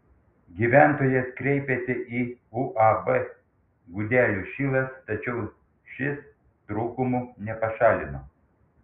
gyventojas kreipėsi į uab gudelių šilas tačiau šis trūkumų nepašalino